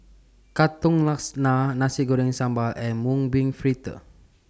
Katong Laksa Nasi Goreng Sambal and Mung Bean Fritters